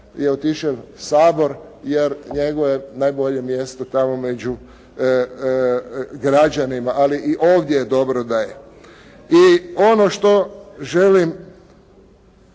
je otišel u Sabor jer njemu je najbolje mjesto tamo među građanima, ali i ovdje je dobro da je. I ono što želim